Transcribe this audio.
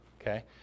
okay